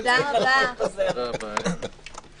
הישיבה ננעלה בשעה 12:59.